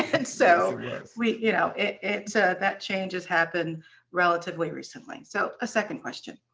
and so yes, you know it it that changed has happened relatively recently. so a second question.